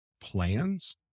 plans